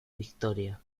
victoria